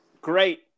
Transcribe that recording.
Great